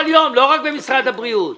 כל יום ולא רק במשרד הבריאות.